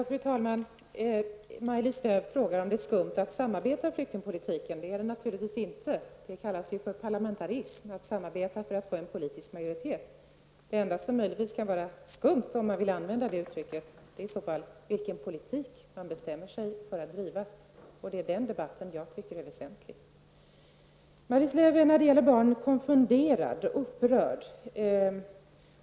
Fru talman! Maj-Lis Lööw frågar om det är skumt att samarbeta i flyktingpolitiken. Det är det naturligtvis inte. Det kallas ju parlamentarism när man samarbetar för att få politisk majoritet. Det enda som kan vara skumt -- om man nu vill använda det uttrycket -- är i så fall den politik som man bestämmer sig för att driva, och det är den debatten som jag tycker är väsentlig. Maj-Lis Lööw är när det gäller barn konfunderad och upprörd.